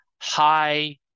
high